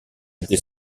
était